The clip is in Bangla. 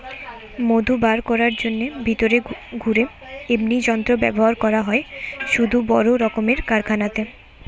মধু বার কোরার জন্যে ভিতরে ঘুরে এমনি যন্ত্র ব্যাভার করা হয় শুধু বড় রক্মের কারখানাতে